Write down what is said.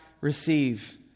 receive